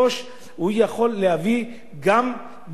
יכול להביא גם ביטחון,